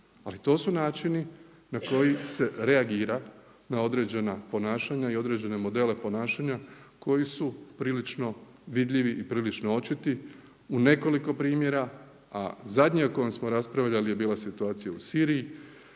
ali to su načini na koji se reagira na određena ponašanja i određene modele ponašanja koji su prilično vidljivi i prilično očiti u nekoliko primjera, a zadnja o kojoj smo raspravljali je bila situacija u Siriji